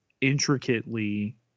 intricately